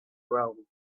round